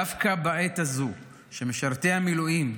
דווקא בעת הזאת שמשרתי המילואים,